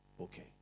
Okay